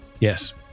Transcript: Yes